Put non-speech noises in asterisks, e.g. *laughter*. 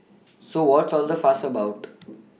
*noise* so what's all the fuss about *noise*